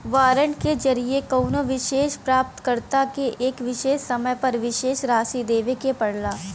warrant के जरिये कउनो विशेष प्राप्तकर्ता के एक विशेष समय पर विशेष राशि देवे के पड़ला